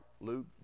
Luke